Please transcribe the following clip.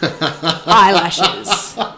eyelashes